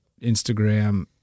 Instagram